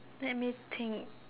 let me think